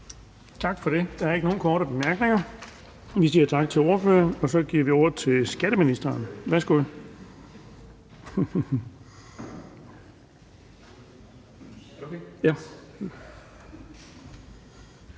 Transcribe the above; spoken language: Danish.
Bonnesen): Der er ikke nogen korte bemærkninger, så vi siger tak til ordføreren. Og så giver vi ordet til skatteministeren. Værsgo.